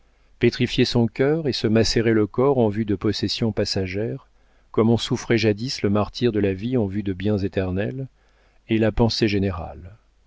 pétrifier son cœur et se macérer le corps en vue de possessions passagères comme on souffrait jadis le martyre de la vie en vue de biens éternels est la pensée générale